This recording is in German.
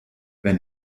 wenn